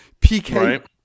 PK